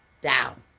down